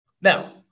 Now